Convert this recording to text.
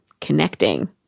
connecting